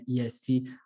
EST